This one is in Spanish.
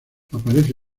aparece